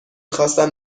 خواستم